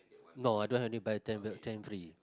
no I don't have any buy ten get ten free